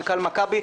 מנכ"ל מכבי,